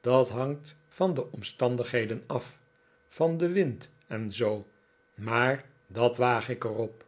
dat hangt van de omstandigheden af van den wind en zoo maar dat waag ik er op